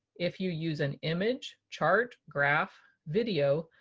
if you use an image, chart, graph, video,